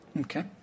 Okay